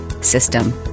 system